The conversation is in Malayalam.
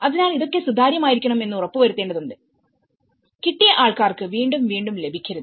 അതിനാൽ ഇതൊക്കെ സുതാര്യമായിരിക്കണം എന്ന് ഉറപ്പുവരുത്തേണ്ടതുണ്ട് കിട്ടിയ ആൾക്കാർക്ക് വീണ്ടും വീണ്ടും ലഭിക്കരുത്